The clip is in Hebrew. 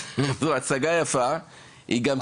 אז זו הצגה יפה וגם טובה,